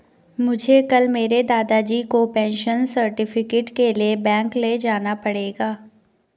मुझे कल मेरे दादाजी को पेंशन सर्टिफिकेट के लिए बैंक ले जाना पड़ेगा